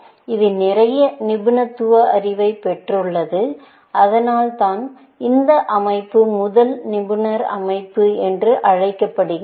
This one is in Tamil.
இது நிறைய நிபுணத்துவ அறிவைப் பெற்றுள்ளது அதனால்தான் இந்த அமைப்பு முதல் நிபுணர் அமைப்பு என்று அழைக்கப்படுகிறது